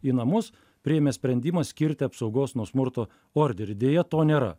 į namus priėmė sprendimą skirti apsaugos nuo smurto orderį deja to nėra